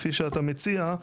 כפי שאתה מציע,